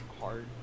hard